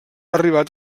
arribat